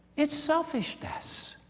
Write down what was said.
it's selfishness.